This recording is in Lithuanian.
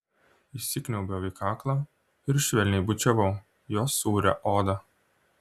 įsikniaubiau į kaklą ir švelniai bučiavau jo sūrią odą